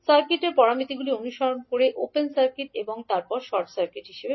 সার্কিটের প্যারামিটারগুলি অনুসন্ধান করতে ওপেন সার্কিট এবং তারপরে শর্ট সার্কিট হিসাবে